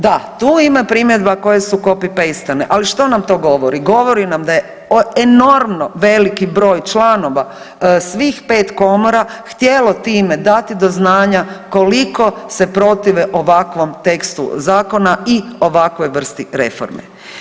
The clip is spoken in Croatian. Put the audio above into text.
Da, tu ima primjedba koje su copy pastane, ali što nam to govori, govori nam da je enormno veliki broj članova svih 5 komora htjelo time dati do znanja koliko se protive ovakvom tekstu zakona i ovakvoj vrsti reforme.